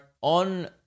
on